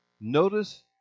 notice